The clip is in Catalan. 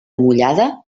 mullada